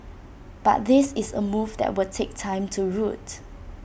but this is A move that will take time to root